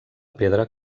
pedra